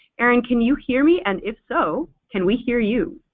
erin, can you hear me? and if so, can we hear you?